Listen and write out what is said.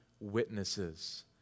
witnesses